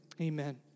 Amen